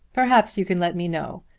perhaps you can let me know.